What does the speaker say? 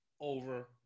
Over